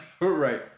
Right